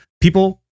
People